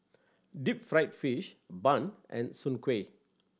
deep fried fish bun and Soon Kuih